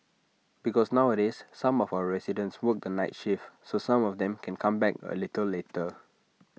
because nowadays some of our residents work the night shift so some of them can come back A little later